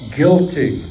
guilty